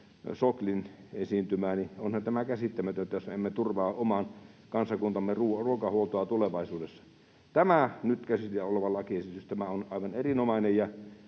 Soklin esiintymää: onhan tämä käsittämätöntä, jos me emme turvaa oman kansakuntamme ruokahuoltoa tulevaisuudessa. Tämä nyt käsillä oleva lakiesitys on aivan erinomainen,